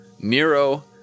Nero